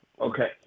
Okay